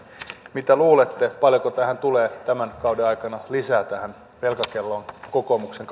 mitä luulette paljonko tulee tämän kauden aikana lisää tähän velkakelloon kokoomuksen